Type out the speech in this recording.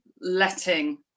letting